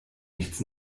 nichts